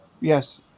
Yes